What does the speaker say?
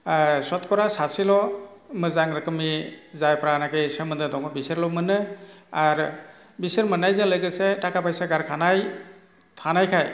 सतखारा सासेल' मोजां रोखोमै जायफ्रानाखि सोमोनदो दङ बिसोरल' मोनो आरो बिसोर मोननायजों लोगोसे थाखा फैसा गारखानाय थानायखाय